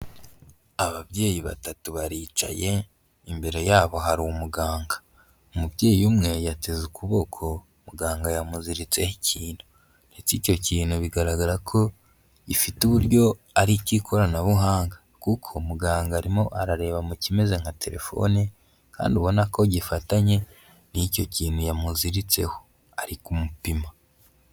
Ababyeyi batatu baricaye, imbere yabo hari umuganga. Umubyeyi umwe yateze ukuboko, muganga yamuziritseho ikintu, ndetse icyo kintu bigaragara ko gifite uburyo ari icy'ikoranabuhanga kuko muganga arimo arareba mu kimeze nka terefone kandi ubona ko gifatanye n'icyo kintu yamuziritseho. Ari kumupima.